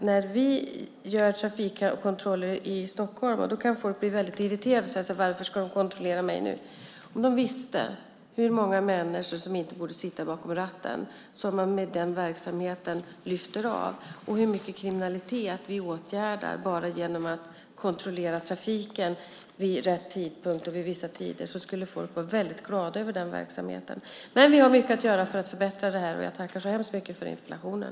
När vi gör trafikkontroller i Stockholm kan folk bli väldigt irriterade och ifrågasätta det. Om de bara visste hur många människor som inte borde sitta bakom ratten och som man får bort med den verksamheten och hur mycket kriminalitet vi åtgärdar bara genom att kontrollera trafiken vid vissa tider skulle de vara väldigt glada över den verksamheten. Men vi har mycket att göra för att förbättra detta. Jag tackar så mycket för interpellationen.